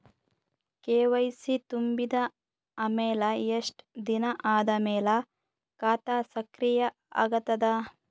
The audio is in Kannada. ಕೆ.ವೈ.ಸಿ ತುಂಬಿದ ಅಮೆಲ ಎಷ್ಟ ದಿನ ಆದ ಮೇಲ ಖಾತಾ ಸಕ್ರಿಯ ಅಗತದ?